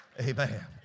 Amen